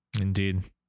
indeed